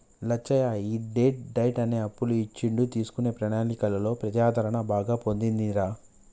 లచ్చయ్య ఈ debt diet అనే అప్పులు ఇచ్చుడు తీసుకునే ప్రణాళికలో ప్రజాదరణ బాగా పొందిందిరా